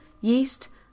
yeast